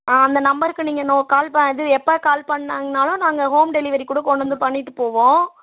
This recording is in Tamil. ஆ அந்த நம்பருக்கு நீங்கள் கால் இது எப்போ கால் பண்ணாங்கனாலும் நாங்கள் ஹோம் டெலிவரி கூட கொண்டு வந்து பண்ணிட்டு போவோம்